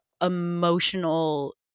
emotional